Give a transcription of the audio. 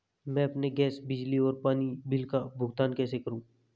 मैं अपने गैस, बिजली और पानी बिल का भुगतान कैसे करूँ?